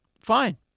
fine